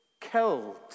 killed